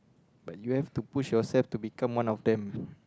but you have to push yourself to become one of them